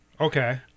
Okay